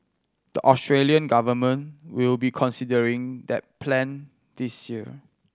the Australian government will be considering that plan this year